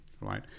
right